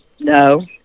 No